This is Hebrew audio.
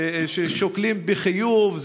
ששוקלים בחיוב,